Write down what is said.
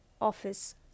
office